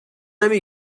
نمی